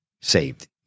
saved